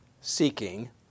seeking